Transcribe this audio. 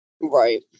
Right